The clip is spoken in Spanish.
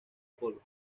colo